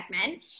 segment